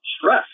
stress